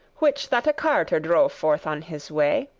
which that a carter drove forth on his way.